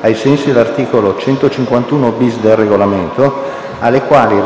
ai sensi dell'articolo 151-*bis* del Regolamento, alle quali